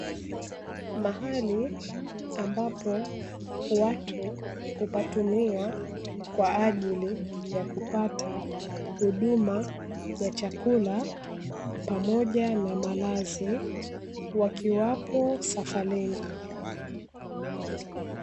Mahali ambapo watu hupatumia, kwajili ya kupata huduma ya chakula pamoja na malazi wakiwapo safarini.